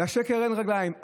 לשקר אין רגליים,